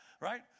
Right